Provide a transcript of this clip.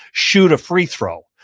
shoot a free throw.